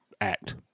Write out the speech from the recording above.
act